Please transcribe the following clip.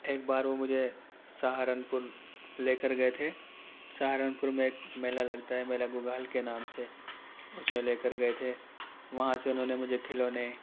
ایک بار وہ مجھے سہارنپور لے کر گئے تھے سہارنپور میں ایک میلا لگتا ہے میلا گھوگھال کے نام سے اس میں لے کر گئے تھے وہاں سے انہوں نے مجھے کھلونے